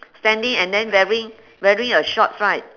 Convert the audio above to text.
standing and then wearing wearing a shorts right